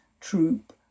troop